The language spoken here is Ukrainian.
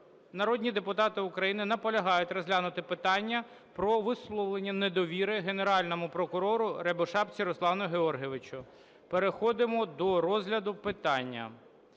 народні депутати України наполягають розглянути питання про висловлення недовіри Генеральному прокурору Рябошапці Руслану Георгійовичу. Переходимо до розгляду питання.